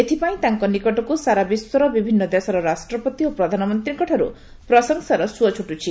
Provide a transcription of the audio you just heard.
ଏଥିପାଇଁ ତାଙ୍କ ନିକଟକୁ ସାରା ବିଶ୍ୱର ବିଭିନ୍ନ ଦେଶର ରାଷ୍ଟ୍ରପତି ଓ ପ୍ରଧାନମନ୍ତ୍ରୀଙ୍କଠାରୁ ପ୍ରଶଂସାର ସୁଅ ଛୁଟୁଛି